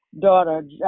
daughter